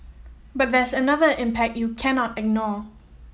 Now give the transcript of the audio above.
but there's another impact you cannot ignore